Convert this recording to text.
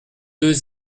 deux